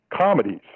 comedies